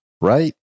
right